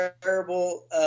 terrible